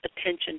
attention